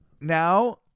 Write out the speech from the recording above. now